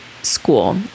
School